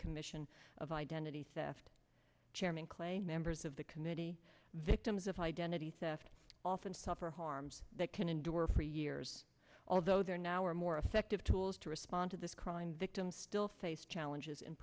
commission of identity theft chairman claim members of the committee victims of identity theft often suffer harms that can endure for years although there now are more effective tools to respond to this crime victims still face challenges and